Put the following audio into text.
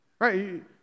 Right